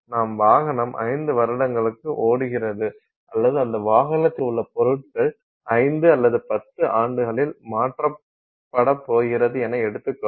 நாம் வாகனம் 5 வருடங்களுக்கு ஓடுகிறது அல்லது அந்த வாகனத்தில் உள்ள பொருட்கள் 5 அல்லது 10 ஆண்டுகளில் மாற்றப்படப்போகிறது என எடுத்துக் கொள்வோம்